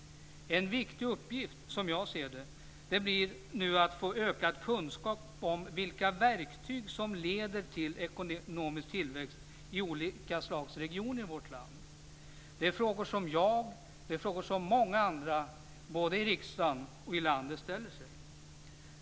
En viktig uppgift, som jag ser det, blir att få ökad kunskap om vilka verktyg som leder till ekonomisk tillväxt i olika slags regioner i vårt land. Det är frågor som jag och många andra, både i riksdagen och i landet, ställer sig.